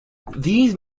these